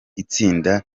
itsinda